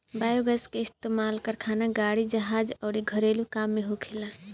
biogas के इस्तमाल कारखाना, गाड़ी, जहाज अउर घरेलु काम में होखेला